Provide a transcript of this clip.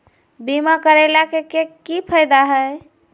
बीमा करैला के की फायदा है?